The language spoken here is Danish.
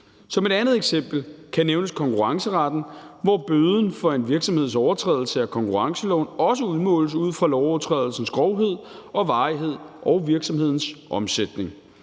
Som et andet eksempel kan nævnes konkurrenceretten, hvor bøden for en virksomheds overtrædelse af konkurrenceloven også udmåles ud fra lovovertrædelsens grovhed og varighed og virksomhedens omsætning.